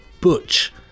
Butch